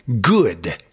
good